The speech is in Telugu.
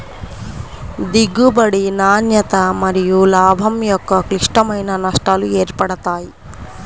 దిగుబడి, నాణ్యత మరియులాభం యొక్క క్లిష్టమైన నష్టాలు ఏర్పడతాయి